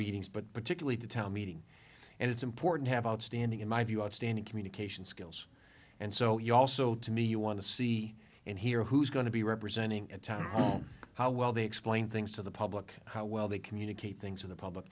meetings but particularly to town meeting and it's important to have outstanding in my view outstanding communication skills and so you also to me you want to see and hear who's going to be representing at time zero how well they explain things to the public how well they communicate things in the public